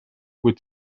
vuit